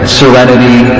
serenity